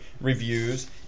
reviews